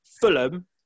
Fulham